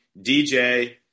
DJ